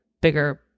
bigger